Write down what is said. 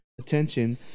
attention